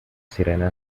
sirena